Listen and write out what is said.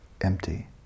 empty